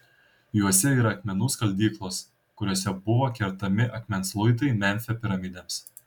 juose yra akmenų skaldyklos kuriose buvo kertami akmens luitai memfio piramidėms